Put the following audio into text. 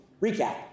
recap